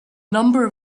number